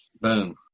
Boom